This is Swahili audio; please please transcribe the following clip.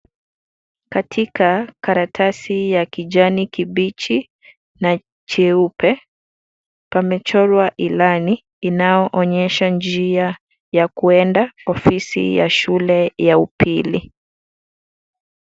Katika karatasi ya kijani kibichi na cheupe pamechorwa ilani inayoonyesha njia ya kuenda ofisi ya shule ya upili.